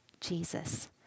Jesus